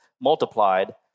multiplied